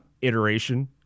iteration